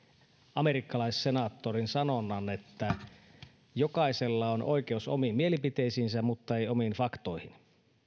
amerikkalaissenaattorin sanonnan että jokaisella on oikeus omiin mielipiteisiinsä mutta ei omiin faktoihin